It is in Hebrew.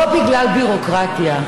לא בגלל ביורוקרטיה,